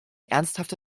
ernsthafte